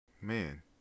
man